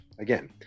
again